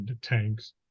tanks